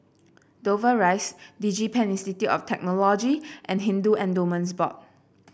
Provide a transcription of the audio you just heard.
Dover Rise DigiPen Institute of Technology and Hindu Endowments Board